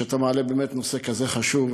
על כך שאתה מעלה נושא כזה חשוב.